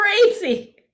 Crazy